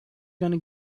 gonna